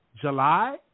July